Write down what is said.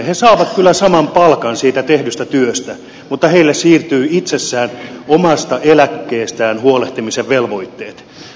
he saavat kyllä saman palkan siitä tehdystä työstä mutta heille siirtyvät itsessään omasta eläkkeestään huolehtimisen velvoitteet